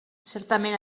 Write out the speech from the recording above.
certament